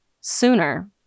sooner